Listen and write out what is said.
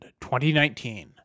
2019